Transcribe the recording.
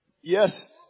yes